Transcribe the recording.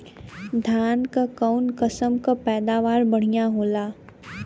धान क कऊन कसमक पैदावार बढ़िया होले?